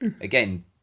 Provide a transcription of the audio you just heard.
again